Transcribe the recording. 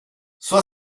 sua